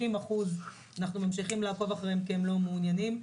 50% אנחנו ממשיכים לעקוב אחריהם כי הם לא מעוניינים.